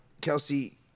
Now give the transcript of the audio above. Kelsey